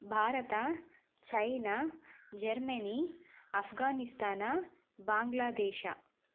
Bharat China Germany Afghanistan Bangladesh